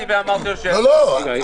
הכול בסדר, אלי.